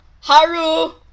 Haru